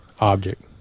object